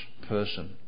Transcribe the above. person